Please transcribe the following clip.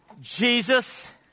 Jesus